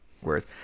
worth